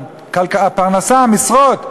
של הפרנסה, המשרות.